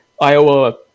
Iowa